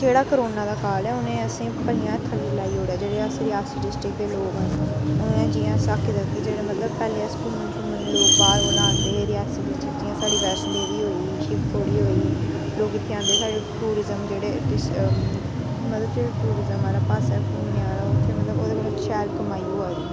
जेह्ड़ा करोना दा काल ऐ उ'न्नै असें भलेआं थल्लै लाई ओड़ेआ जेह्ड़े अस रियासी डिस्ट्रिक दे लोक न जियां अस आक्खी सकने जियां मतलब पैह्ले अस घूमन शूमन रियासी बिच्च साढ़ी बैश्णो देवी होई गेई शिवखोड़ी होई गेई लोक इत्थै आंदे साढ़े टूरिज्म जेह्ड़े मतलब टूरिज्म आह्लै पास्सै घूमने आह्ला मतलब ओह्दे कन्नै शैल कमाई होआ दी ही